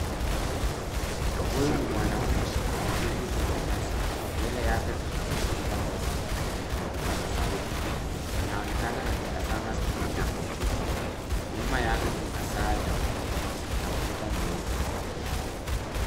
Huyu ni mwanaume ameketi kwenye meza, mbele yake kuna kompyuta ndogo na kipaza sauti. Anaonekana akitazama skrini ya kompyuta, nyuma yake kuna saa ya ukuta na ukuta nyeupe.